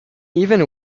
even